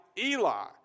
Eli